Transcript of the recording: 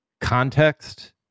context